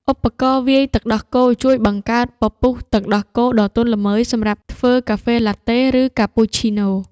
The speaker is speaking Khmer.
ឧបករណ៍វាយទឹកដោះគោ ជួយបង្កើតពពុះទឹកដោះគោដ៏ទន់ល្មើយសម្រាប់ធ្វើកាហ្វេឡាតេ ឬកាពូឈីណូ។